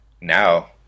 now